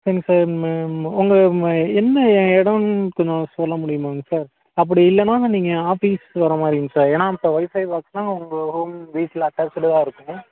சரிங்க சார் நம்ம உங்கள் ம என்ன எ இடோன்னு கொஞ்சம் சொல்ல முடியுமாங்க சார் அப்படி இல்லைன்னா நீங்கள் ஆஃபீஸ்கு வர மாதிரிங்க சார் ஏன்னால் இப்போ ஒய்ஃபை பாக்ஸ்னால் உங்கள் ஹோம் பேஸில் அட்டாச்சுடாக இருக்கும்